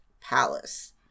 palace